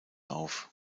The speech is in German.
auf